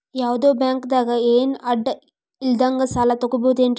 ಯಾವ್ದೋ ಬ್ಯಾಂಕ್ ದಾಗ ಏನು ಅಡ ಇಲ್ಲದಂಗ ಸಾಲ ತಗೋಬಹುದೇನ್ರಿ?